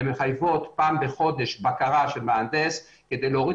הן מחייבות פעם בחודש בקרה של מהנדס כדי להוריד